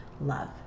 love